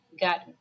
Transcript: Got